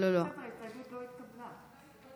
ההסתייגות (3)